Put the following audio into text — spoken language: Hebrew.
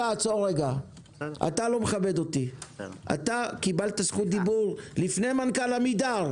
אתה קיבלת זכות דיבור לפני מנכ"ל עמידר,